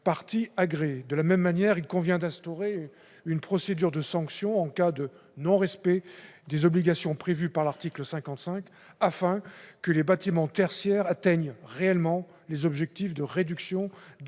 agréées. De même, il convient d'instaurer une procédure de sanction en cas de non-respect des obligations prévues par l'article 55, afin que les bâtiments tertiaires atteignent réellement les objectifs de réduction des